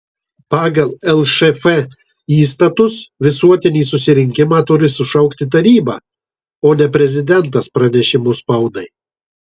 pagal lšf įstatus visuotinį susirinkimą turi sušaukti taryba o ne prezidentas pranešimu spaudai